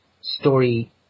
story